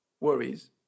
worries